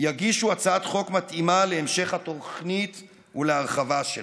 יגישו הצעת חוק מתאימה להמשך התוכנית ולהרחבה שלה.